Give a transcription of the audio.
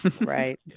right